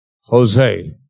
Jose